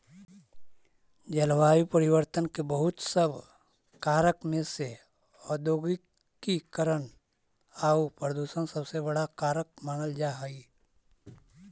जलवायु परिवर्तन के बहुत सब कारक में से औद्योगिकीकरण आउ प्रदूषण सबसे बड़ा कारक मानल जा हई